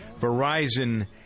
Verizon